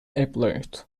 employed